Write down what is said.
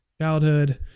childhood